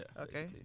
Okay